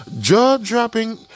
Jaw-dropping